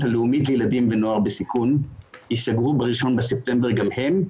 הלאומית לילדים ונוער בסיכון ייסגרו ב-1 בספטמבר גם הם,